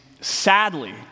sadly